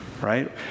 right